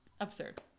absurd